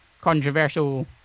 controversial